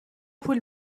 پول